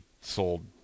sold